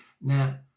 Now